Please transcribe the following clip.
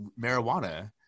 marijuana